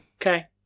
Okay